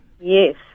Yes